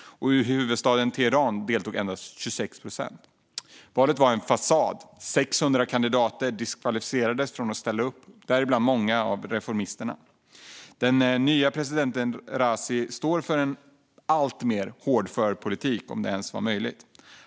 I huvudstaden Teheran deltog endast 26 procent. Valet var en fasad. Det var 600 kandidater som diskvalificerades från att ställa upp, däribland många av reformisterna. Den nya presidenten Raisi står för en än mer hårdför politik, om det ens är möjligt.